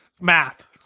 math